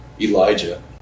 Elijah